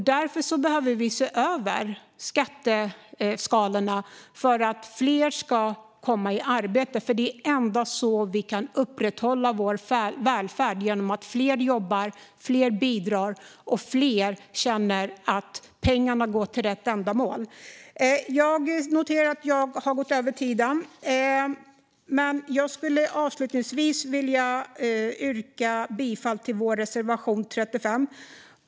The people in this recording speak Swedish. Därför behöver vi se över skatteskalorna för att fler ska komma i arbete. Det är endast så vi kan upprätthålla vår välfärd - genom att fler jobbar, fler bidrar och fler känner att pengarna går till rätt ändamål. Jag noterar att jag har överskridit min talartid, men jag skulle avslutningsvis vilja yrka bifall till vår reservation 35.